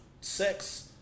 sex